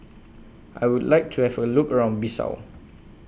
I Would like to Have A Look around Bissau